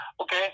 Okay